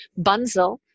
bunzel